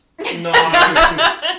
No